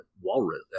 walrus